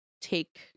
take